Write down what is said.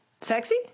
Sexy